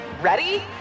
Ready